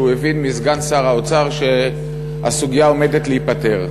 שהוא הבין מסגן שר האוצר שהסוגיה עומדת להיפתר.